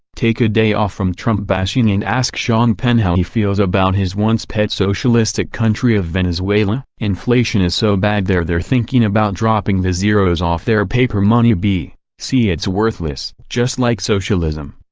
take a day off from trump bashing and ask sean penn how he feels about his once pet socialistic country of venezuela? inflation is so bad there they're thinking about dropping the zero's off their paper money b c its worthless. just like socialism!